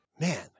Man